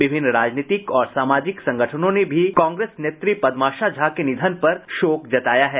विभिन्न राजनीतिक और सामाजिक संगठनों ने भी कांग्रेस नेत्री पद्माशा झा के निधन पर शोक जताया है